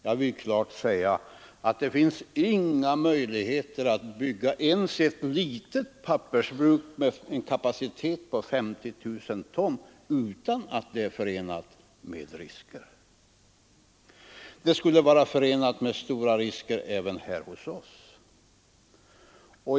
Jag vill klart säga att det finns inga möjligheter att bygga ens ett litet pappersbruk med en kapacitet på 50 000 ton utan att det är förenat med risker; det skulle vara fallet även här hos oss.